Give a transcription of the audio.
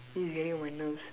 this is getting on my nerves